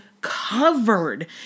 covered